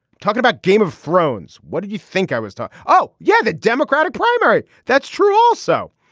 talking about game of thrones. what did you think i was done. oh yeah the democratic primary. that's true also.